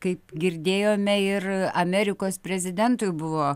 kaip girdėjome ir amerikos prezidentui buvo